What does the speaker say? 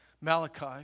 Malachi